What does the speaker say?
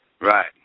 Right